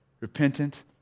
repentant